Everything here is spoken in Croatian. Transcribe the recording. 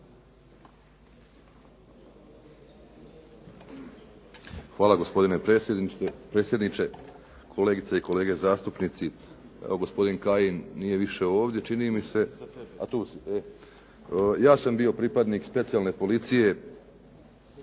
Hvala gospodine predsjedniče, kolegice i kolege zastupnici. Evo gospodin Kajin nije više ovdje, čini mi se, … …/Upadica: A tu si./… Ja sam bio pripadnik specijalne policije